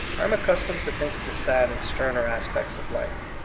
i am accustomed to think of the sad and sterner aspects of life.